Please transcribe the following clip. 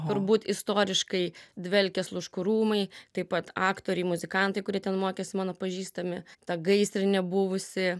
turbūt istoriškai dvelkia sluškų rūmai taip pat aktoriai muzikantai kurie ten mokėsi mano pažįstami tą gaisrinė buvusi